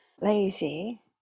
lazy